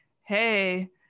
hey